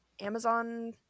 Amazon